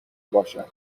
باشد